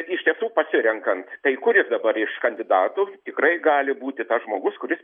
iš tiesų pasirenkant tai kuris dabar iš kandidatų tikrai gali būti tas žmogus kuris